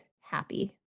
happy